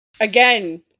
Again